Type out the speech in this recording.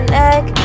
neck